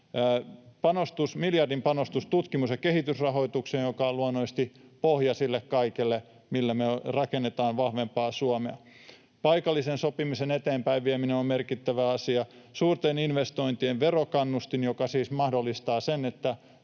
Miljardin panostus tutkimus- ja kehitysrahoitukseen, joka on luonnollisesti pohja sille kaikelle, millä me rakennetaan vahvempaa Suomea. Paikallisen sopimisen eteenpäinvieminen on merkittävä asia. Suurten investointien verokannustin, joka siis mahdollistaa sen, että